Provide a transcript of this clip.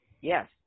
Yes